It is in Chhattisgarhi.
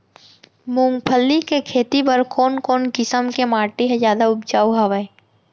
मूंगफली के खेती बर कोन कोन किसम के माटी ह जादा उपजाऊ हवये?